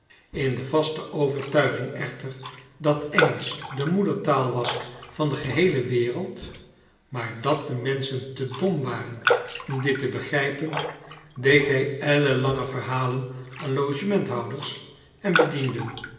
in de vaste overluiging echter dat engelsch de moedertaal was van de geheele wereld maar dat de menschen te dom waren om dit te begrijpen deed hij ellenlange verhalen aan logementhouders en bedienden